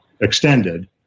extended